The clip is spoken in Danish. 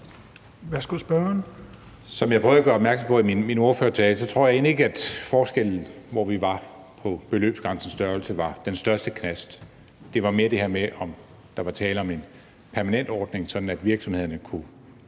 12:50 Mads Fuglede (V): Som jeg prøvede at gøre opmærksom på i min ordførertale, tror jeg egentlig ikke, at forskellen på beløbsgrænsens størrelse var den største knast. Det var mere det her med, om der var tale om en permanent ordning, sådan at virksomhederne kunne